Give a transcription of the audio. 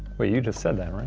but you just said that, right?